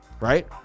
right